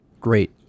great